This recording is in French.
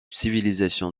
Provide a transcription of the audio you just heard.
civilisation